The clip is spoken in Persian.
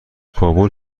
کابل